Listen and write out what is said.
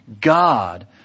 God